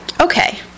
Okay